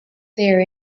there